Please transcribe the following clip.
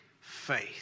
faith